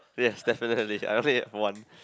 yes definitely I only have one